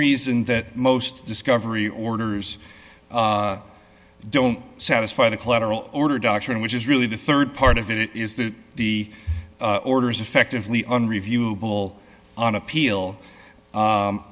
reason that most discovery orders don't satisfy the collateral order doctrine which is really the rd part of it is that the orders effectively on reviewable on appeal